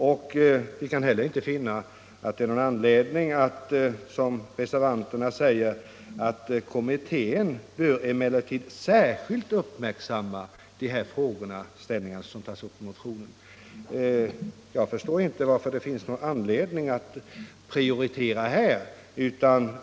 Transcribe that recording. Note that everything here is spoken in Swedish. Vi kan inte heller finna något skäl för att såsom reservanterna föreslår säga att kommittén särskilt bör uppmärksamma de frågor som tas upp i motionen. Jag förstår inte att det finns någon anledning att prioritera.